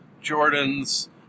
Jordan's